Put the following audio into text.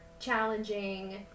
challenging